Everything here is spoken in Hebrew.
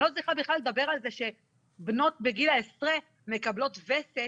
אני לא צריכה בכלל לדבר על זה שבנות בגיל העשרה מקבלות וסת,